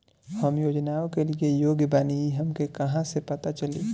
हम योजनाओ के लिए योग्य बानी ई हमके कहाँसे पता चली?